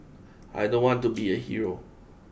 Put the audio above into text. I don't want to be a hero